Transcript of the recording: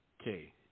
Okay